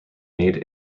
made